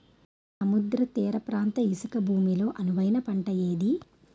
సముద్ర తీర ప్రాంత ఇసుక భూమి లో అనువైన పంట ఏది?